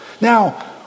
Now